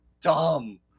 dumb